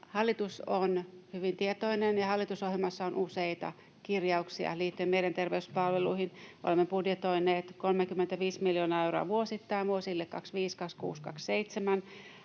hallitus on hyvin tietoinen ja hallitusohjelmassa on useita kirjauksia liittyen mielenterveyspalveluihin. Olemme budjetoineet 35 miljoonaa euroa vuosittain vuosille 25, 26,